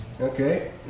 Okay